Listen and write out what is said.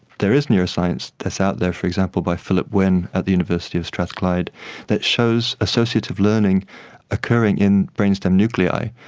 there is neuroscience that's out there, for example, by philip winn at the university of strathclyde that shows associative learning occurring in brainstem nuclei.